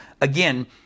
again